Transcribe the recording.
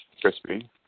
Crispy